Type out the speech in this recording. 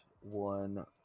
one